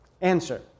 Answer